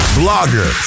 blogger